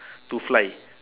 to fly